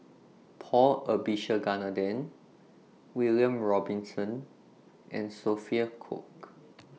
Paul Abisheganaden William Robinson and Sophia Cooke